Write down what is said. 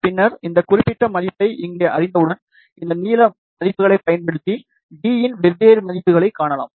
பின்னர் இந்த குறிப்பிட்ட மதிப்பை இங்கே அறிந்தவுடன் இந்த நீள மதிப்புகளைப் பயன்படுத்தி d இன் வெவ்வேறு மதிப்புகளைக் காணலாம்